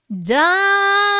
done